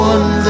One